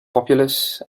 populous